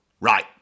right